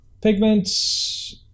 Pigments